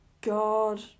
God